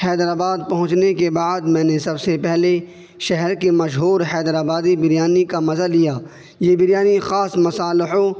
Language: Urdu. حیدر آباد پہنچنے کے بعد میں نے سب سے پہلے شہر کی مشہور حیدر آبادی بریانی کا مزہ لیا یہ بریانی خاص مصالحوں